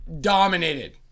dominated